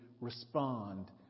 respond